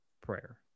prayer